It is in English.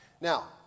Now